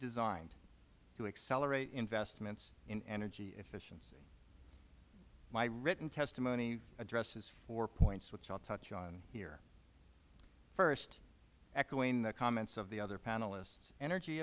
designed to accelerate investments in energy efficiency my written testimony addresses four points which i will touch on here first echoing the comments of the other panelists energy